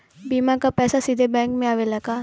बीमा क पैसा सीधे बैंक में आवेला का?